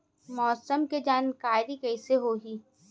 मौसम के जानकारी कइसे होही?